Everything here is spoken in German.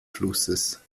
flusses